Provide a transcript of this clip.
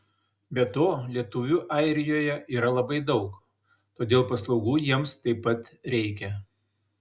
be to lietuvių airijoje yra labai daug todėl paslaugų jiems taip pat reikia